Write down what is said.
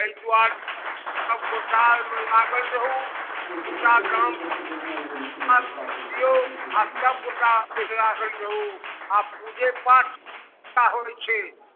अइ दुआरे सभगोटा अइमे लागल रहु पूजा काम दियौ आओर सभगोटा अइमे लागल रहु आब पूजे पाठ टा होइ छै